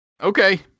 Okay